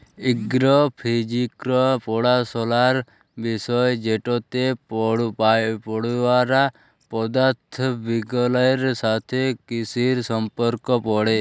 এগ্র physics পড়াশলার বিষয় যেটতে পড়ুয়ারা পদাথথ বিগগালের সাথে কিসির সম্পর্ক পড়ে